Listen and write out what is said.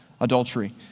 adultery